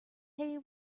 hay